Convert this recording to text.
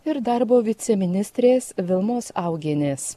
ir darbo viceministrės vilmos augienės